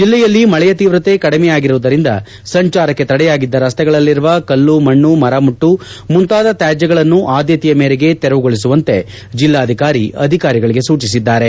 ಜಲ್ಲೆಯಲ್ಲಿ ಮಕೆಯ ತೀವ್ರತೆ ಕಡಿಮೆ ಆಗಿರುವುದರಿಂದ ಸಂಚಾರಕ್ಷೆ ತಡೆಯಾಗಿದ್ದ ರಸ್ತೆಗಳಲ್ಲಿರುವ ಕಲ್ಲು ಮಣ್ಣು ಮರಮಟ್ಲು ಮುಂತಾದ ತ್ಲಾದ್ಜಗಳನ್ನು ಆದ್ಭತೆಯ ಮೇರೆಗೆ ತೆರವುಗೊಳಿಸುವಂತೆ ಜಿಲ್ಲಾಧಿಕಾರಿ ಅಧಿಕಾರಿಗಳಿಗೆ ಸೂಚಿಸಿದ್ದಾರೆ